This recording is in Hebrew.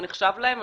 לא נחשב להם,